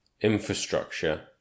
infrastructure